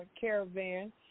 caravan